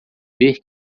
ver